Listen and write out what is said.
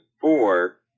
four